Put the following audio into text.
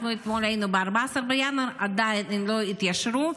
אתמול אנחנו היינו ב-14 בינואר והם עדיין לא התיישרו.